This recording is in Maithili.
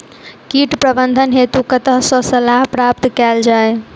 कीट प्रबंधन हेतु कतह सऽ सलाह प्राप्त कैल जाय?